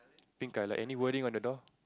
pink colour any wording on the door